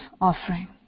offering